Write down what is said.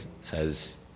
says